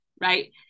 right